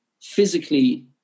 physically